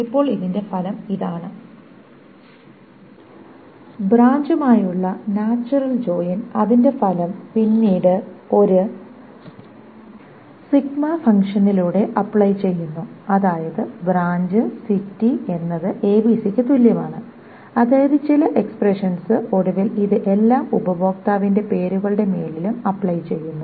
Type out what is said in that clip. ഇപ്പോൾ ഇതിന്റെ ഫലം ഇതാണ് ബ്രാഞ്ചുമായുള്ള നാച്ചുറൽ ജോയിൻ അതിന്റെ ഫലം പിന്നീട് ഒരു ഫംഗ്ഷനിലൂടെ അപ്ലൈ ചെയ്യുന്നു അതായത് ബ്രാഞ്ച് സിറ്റി എന്നത് ABC ക്ക് തുല്യമാണ് അതായത് ചില എക്സ്പ്രെഷൻസ് ഒടുവിൽ ഇത് എല്ലാ ഉപഭോക്താവിന്റെ പേരുകളുടെ മേലിലും അപ്ലൈ ചെയ്യുന്നു